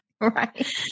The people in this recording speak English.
right